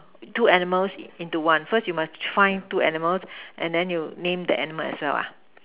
two animals into one first you must find two animals and then you name the animals as well ah